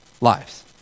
lives